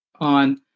on